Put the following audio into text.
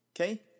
Okay